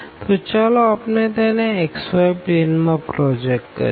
તો ચાલો આપણે તેને xy પ્લેન માં પ્રોજેક્ટ કરીએ